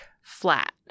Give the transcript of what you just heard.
flat